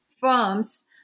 firms